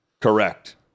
correct